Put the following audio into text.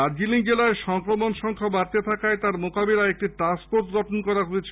দার্জিলিং জেলায় সংক্রমণ সংখ্যা বাড়তে থাকায় তার মোকাবিলায় একটি টাস্কফোর্স গঠন করা হয়েছে